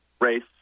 race